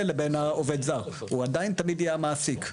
לבין העובד הזר; הוא עדיין תמיד יהיה המעסיק.